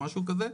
או משהו כזה.